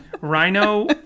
Rhino